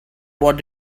what